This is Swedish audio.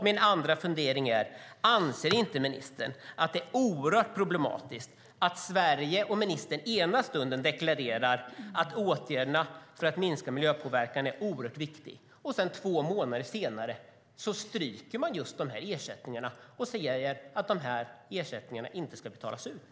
Min andra fundering är: Anser inte ministern att det är oerhört problematiskt att Sverige och ministern ena stunden deklarerar att åtgärderna för att minska miljöpåverkan är oerhört viktiga och sedan, två månader senare, stryker just dessa ersättningar och säger att de här ersättningarna inte ska betalas ut?